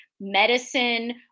medicine